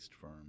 firm